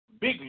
Big